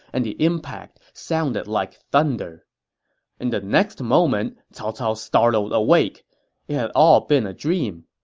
and the impact sounded like thunder in the next moment, cao cao startled awake. it had all been a dream.